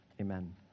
Amen